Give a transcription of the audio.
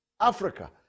Africa